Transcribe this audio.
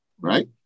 right